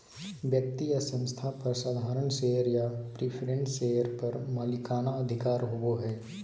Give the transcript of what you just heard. व्यक्ति या संस्था पर साधारण शेयर या प्रिफरेंस शेयर पर मालिकाना अधिकार होबो हइ